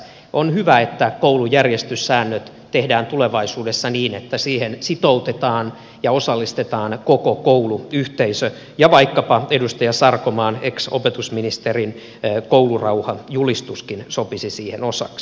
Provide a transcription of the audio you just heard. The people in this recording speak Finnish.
on hyvä että koulun järjestyssäännöt tehdään tulevaisuudessa niin että niihin sitoutetaan ja osallistetaan koko kouluyhteisö ja vaikkapa edustaja sarkomaan ex opetusministerin koulurauhajulistuskin sopisi siihen osaksi